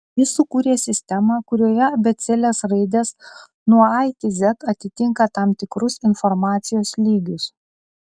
jis sukūrė sistemą kurioje abėcėlės raidės nuo a iki z atitinka tam tikrus informacijos lygius